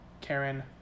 Karen